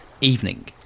Evening